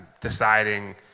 deciding